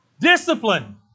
Discipline